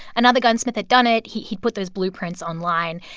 another gunsmith had done it. he he put those blueprints online.